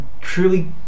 truly